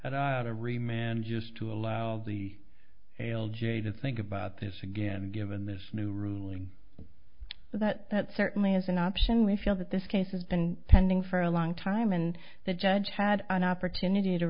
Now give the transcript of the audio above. man just to allow the sale j to think about this again given this new ruling that that certainly is an option we feel that this case has been pending for a long time and the judge had an opportunity to